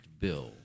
bill